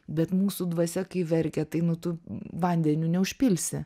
bet mūsų dvasia kai verkia tai nu tu vandeniu neužpilsi